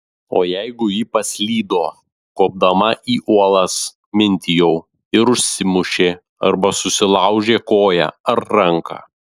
o jeigu ji paslydo kopdama į uolas mintijau ir užsimušė arba susilaužė koją ar ranką